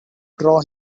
draw